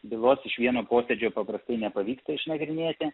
bylos iš vieno posėdžio paprastai nepavyksta išnagrinėti